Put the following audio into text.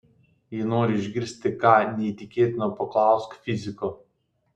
jei nori išgirsti ką neįtikėtino paklausk fiziko